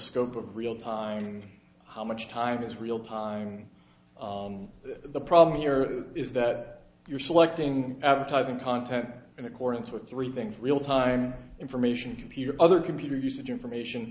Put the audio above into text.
scope of real time and how much time is real time the problem here is that you're selecting advertising content in accordance with three things real time information computer other computer usage information